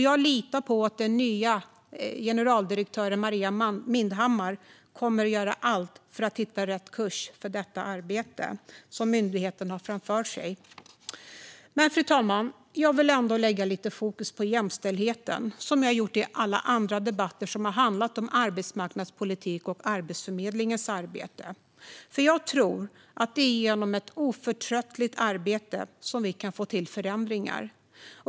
Jag litar på att den nya generaldirektören, Maria Mindhammar, kommer att göra allt för att hitta rätt kurs för det arbete som myndigheten har framför sig. Men, fru talman, jag vill ändå ha lite fokus på jämställdheten, som jag har haft i alla andra debatter som har handlat om arbetsmarknadspolitik och Arbetsförmedlingens arbete. Jag tror nämligen att det är genom ett oförtröttligt arbete som vi kan få till förändringar.